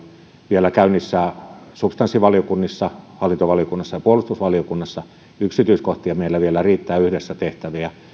vielä käynnissä substanssivaliokunnissa hallintovaliokunnassa ja puolustusvaliokunnassa yksityiskohtia meillä vielä riittää yhdessä tehtäviä